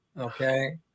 okay